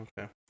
Okay